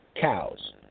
cows